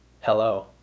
Hello